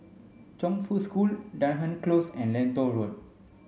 Chongfu School Dunearn Close and Lentor Road